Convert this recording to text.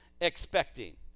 expecting